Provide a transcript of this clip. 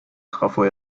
trafo